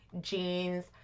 jeans